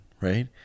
right